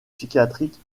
psychiatrique